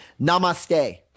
Namaste